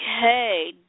okay